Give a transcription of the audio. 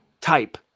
type